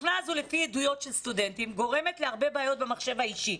התוכנה הזאת לפי עדויות של סטודנטים גורמת להרבה בעיות במחשב האישי.